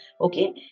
Okay